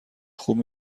خوب